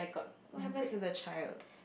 what happens to the child